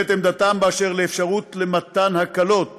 את עמדתם בנושא האפשרות של מתן הקלות